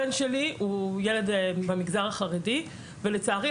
הבן שלי הוא ילד במגזר החרדי ולצערי,